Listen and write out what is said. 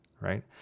right